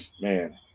man